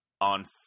on